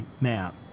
map